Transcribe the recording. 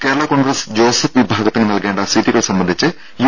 കേരള കോൺഗ്രസ് ജോസഫ് വിഭാഗത്തിന് നൽകേണ്ട സീറ്റുകൾ സംബന്ധിച്ച് യു